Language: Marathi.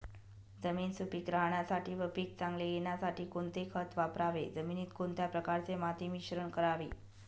जमीन सुपिक राहण्यासाठी व पीक चांगले येण्यासाठी कोणते खत वापरावे? जमिनीत कोणत्या प्रकारचे माती मिश्रण करावे?